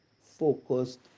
focused